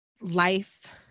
life